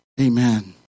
Amen